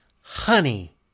Honey